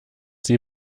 sie